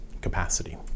capacity